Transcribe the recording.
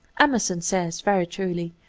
emerson says, very truly,